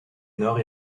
nord